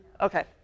Okay